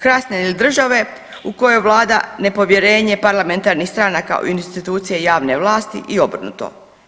Krasne li države u kojoj vlada nepovjerenje parlamentarnih stranaka u institucije javne vlasti i obrnuto.